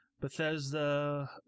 Bethesda